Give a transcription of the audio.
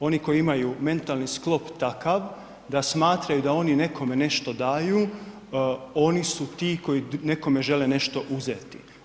Oni koji imaju mentalni sklop takav da smatraju da oni nekome nešto daju oni su ti koji nekome žele nešto uzeti.